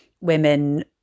women